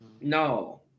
no